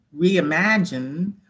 reimagine